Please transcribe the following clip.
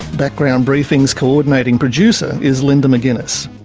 background briefing's coordinating producer is linda mcginness,